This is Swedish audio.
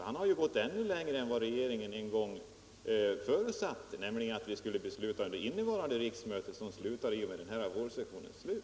Han har ju gått ännu längre än vad regeringen en gång förutsatte — han ville att vi skulle besluta under innevarande riksmöte, som slutar i och med denna vårsessions slut.